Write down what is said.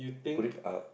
put it up